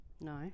No